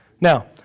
Now